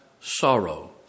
sorrow